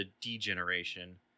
degeneration